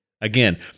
Again